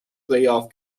playoff